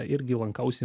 irgi lankausi